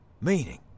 Meaning